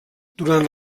durant